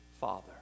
Father